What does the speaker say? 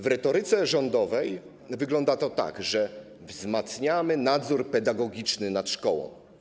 W retoryce rządowej wygląda to tak: wzmacniamy nadzór pedagogiczny nad szkołą.